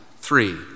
Three